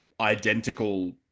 identical